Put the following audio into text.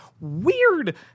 weird